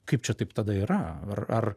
kaip čia taip tada yra ar ar